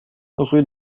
rue